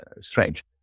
strange